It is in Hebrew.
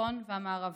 התחתון והמערבי,